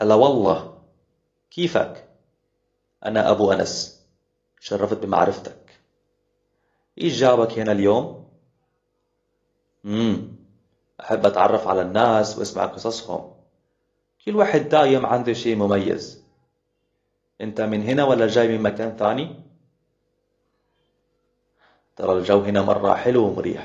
هلا والله، كيفك؟ أنا أبو أنس، شرفت بمعرفتك. إيش جابك هنا اليوم؟ أحب أتعرف على الناس، وأسمع قصصهم. كل واحد دايم عنده شي مميز. أنت من هنا، ولا جاي من مكان ثاني؟ ترا الجو هنا مرة حلو ومريح.